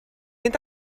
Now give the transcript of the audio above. mynd